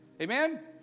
Amen